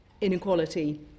inequality